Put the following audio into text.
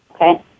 okay